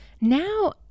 Now